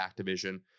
Activision